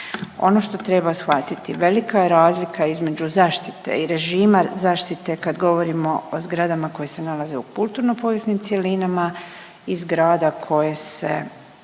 Ono što treba shvatiti, velika je razlika između zaštite i režima, zaštite kad govorimo o zgradama koje se nalaze u kulturno povijesnim cjelinama i zgrada koje se